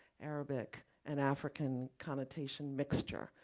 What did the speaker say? arabic, and african connotation mixture.